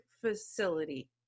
facility